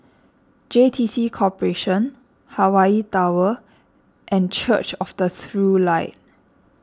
J T C Corporation Hawaii Tower and Church of the True Light